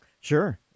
Sure